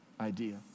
idea